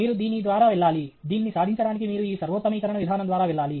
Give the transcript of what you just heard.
మీరు దీని ద్వారా వెళ్ళాలి దీన్ని సాధించడానికి మీరు ఈ సర్వోత్తమీకరణ విధానం ద్వారా వెళ్ళాలి